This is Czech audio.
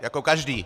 Jako každý!